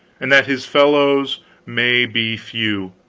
and that his fellows may be few.